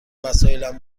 وسایلم